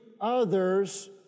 others